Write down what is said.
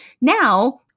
Now